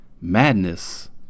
Madness